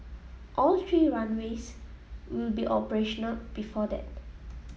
all three runways will be operational before that